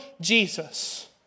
Jesus